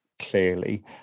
Clearly